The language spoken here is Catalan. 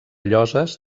lloses